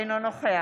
אינו נוכח